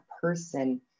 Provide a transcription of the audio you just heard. person